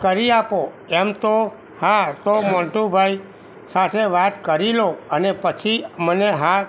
કરી આપો એમ તો હા તો મોન્ટુ ભાઈ સાથે વાત કરી લો અને પછી મને હા